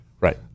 right